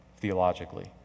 theologically